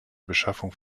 beschaffung